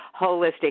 holistic